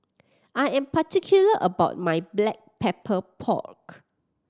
I am particular about my Black Pepper Pork